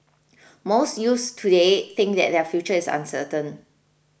most youths today think that their future is uncertain